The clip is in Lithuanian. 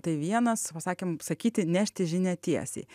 tai vienas va sakėm sakyti nešti žinią tiesiai